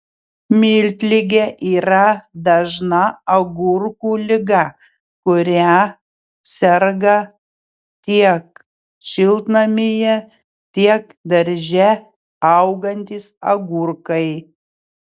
miltligė yra dažna agurkų liga kuria serga tiek šiltnamyje tiek darže augantys agurkai